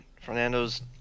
Fernando's